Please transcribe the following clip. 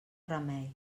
remei